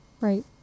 Right